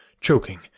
choking